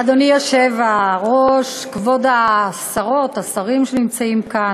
אדוני היושב-ראש, כבוד השרות, השרים שנמצאים כאן,